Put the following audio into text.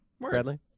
Bradley